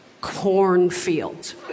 cornfield